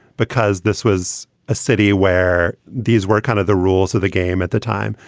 because this was a city where these were kind of the rules of the game at the time.